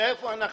מאיפה אנחנו?